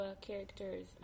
characters